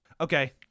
Okay